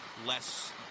less